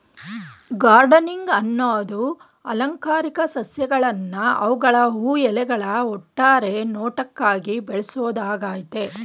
gardening ಅನ್ನದು ಅಲಂಕಾರಿಕ ಸಸ್ಯಗಳ್ನ ಅವ್ಗಳ ಹೂ ಎಲೆಗಳ ಒಟ್ಟಾರೆ ನೋಟಕ್ಕಾಗಿ ಬೆಳ್ಸೋದಾಗಯ್ತೆ